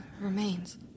remains